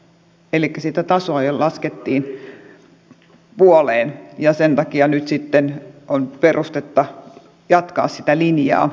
elikkä sitä tasoa jo laskettiin puoleen ja sen takia nyt sitten on perustetta jatkaa sitä linjaa